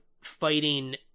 fighting